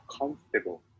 comfortable